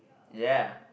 ya